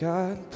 God